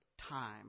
time